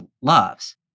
loves